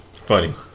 Funny